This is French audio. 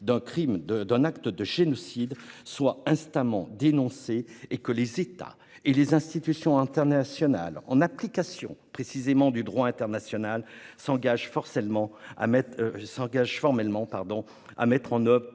d'un acte de génocide, soient instamment dénoncés. Il faut que les États et les institutions internationales, en application du droit international, s'engagent formellement à mettre en oeuvre